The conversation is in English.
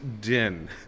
din